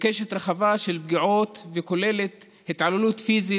בקשת רחבה של פגיעות, וכוללת התעללות פיזית,